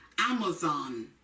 Amazon